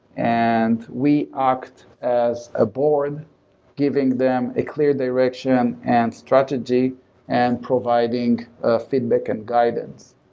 and we act as a board giving them a clear direction and strategy and providing ah feedback and guidance.